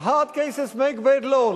Hard cases make bad law.